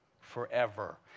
forever